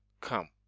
come